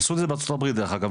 עשו את זה בארצות הברית דרך אגב,